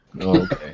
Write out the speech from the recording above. Okay